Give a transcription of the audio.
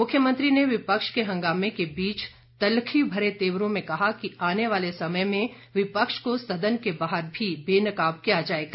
मुख्यमंत्री ने विपक्ष के हंगामे के बीच तल्खी भरे तेवरों में कहा कि आने वाले समय में विपक्ष को सदन के बाहर भी बेनकाब किया जाएगा